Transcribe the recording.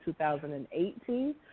2018